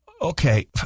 Okay